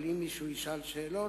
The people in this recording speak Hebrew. אבל אם מישהו ישאל שאלות,